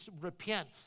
repent